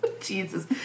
Jesus